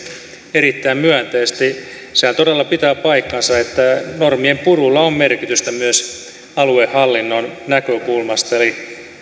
erittäin myönteisesti sehän todella pitää paikkansa että normien purulla on merkitystä myös aluehallinnon näkökulmasta eli